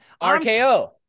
RKO